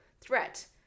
threat